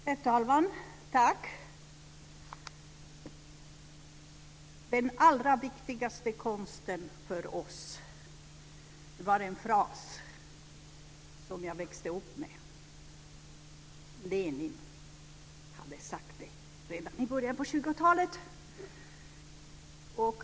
Herr talman! Den allra viktigaste konsten för oss - det var en fras som jag växte upp med. Lenin hade sagt det redan i början på 20-talet.